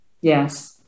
yes